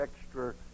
extra